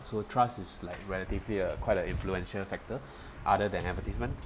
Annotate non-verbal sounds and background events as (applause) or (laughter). so trust is like relatively uh quite influential factor (breath) other than advertisement